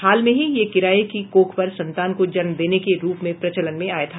हाल में ही यह किराये की कोख पर संतान को जन्म देने के रूप में प्रचलन में आया था